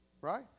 right